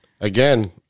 Again